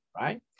right